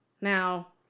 Now